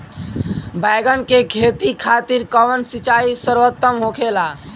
बैगन के खेती खातिर कवन सिचाई सर्वोतम होखेला?